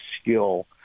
skill